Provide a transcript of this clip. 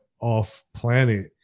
off-planet